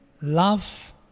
love